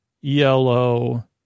yellow